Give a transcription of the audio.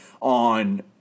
on